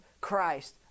christ